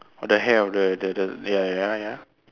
oh the hair the the the ya ya ya